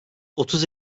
otuz